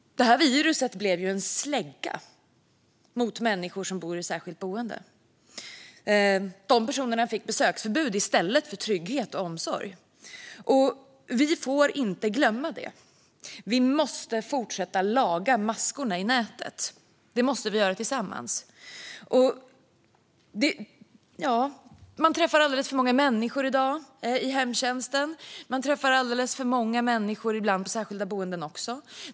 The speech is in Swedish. Viruset blev en slägga mot människor som bor i särskilt boende. De personerna fick besöksförbud i stället för trygghet och omsorg. Vi får inte glömma det, och vi måste tillsammans fortsätta att laga maskorna i nätet. I dag träffar man alldeles för många människor i hemtjänsten. Det gäller ibland också på särskilda boenden.